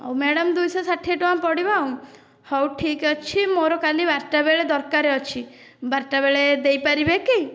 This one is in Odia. ମ୍ୟାଡ଼ାମ ଦୁଇ ଶହ ଷାଠିଏ ଟଙ୍କା ପଡ଼ିବ ଆଉ ହେଉ ଠିକ ଅଛି ମୋର କାଲି ବାରଟା ବେଳେ ଦରକାର ଅଛି ବାରଟା ବେଳେ ଦେଇପାରିବେ କି